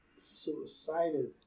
suicided